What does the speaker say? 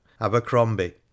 Abercrombie